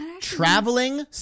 traveling